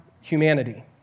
humanity